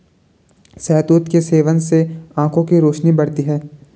शहतूत के सेवन से आंखों की रोशनी बढ़ती है